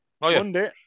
Monday